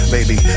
Baby